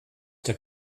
der